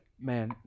man